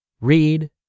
read